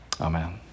Amen